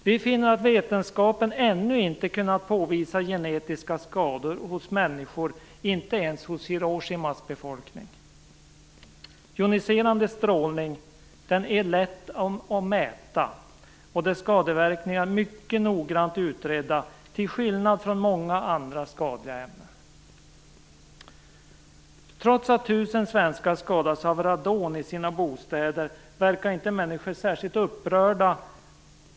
Vi finner att vetenskapen ännu inte har kunnat påvisa genetiska skador hos människor, inte ens hos Hiroshimas befolkning. Joniserande strålning är lätt att mäta, och dess skadeverkningar är mycket noggrant utredda till skillnad från många andra skadliga ämnen. Trots att tusen svenskar skadas av radon i sina bostäder verkar inte människor särskilt upprörda.